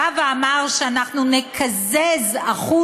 בא ואמר שאנחנו נקזז 1%